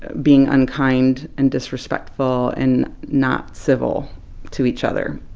ah being unkind and disrespectful and not civil to each other.